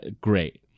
Great